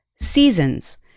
seasons